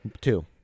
Two